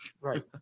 Right